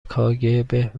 کاگب